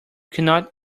cannot